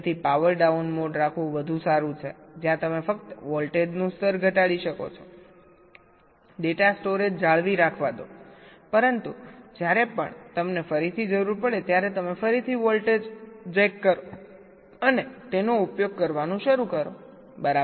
તેથી power down mode રાખવું વધુ સારું છે જ્યાં તમે ફક્ત વોલ્ટેજનું સ્તર ઘટાડી શકો છો ડેટા સ્ટોરેજ જાળવી રાખવા દો પરંતુ જ્યારે પણ તમને ફરીથી જરૂર પડે ત્યારે તમે ફરીથી વોલ્ટેજ જેક કરો અને તેનો ઉપયોગ કરવાનું શરૂ કરો બરાબર